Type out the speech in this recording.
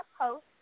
post